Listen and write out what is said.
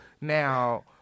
Now